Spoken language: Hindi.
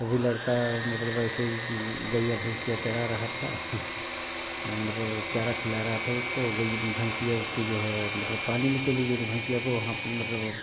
वह भी लड़का मतलब ऐसे ही गइया भैंसिया चरा रहा था मतलब चारा खिला रहा था उसको गइया भैंसिया उसकी जो है मतलब पानी में चली गई तो भैंसिया को वहाँ मतलब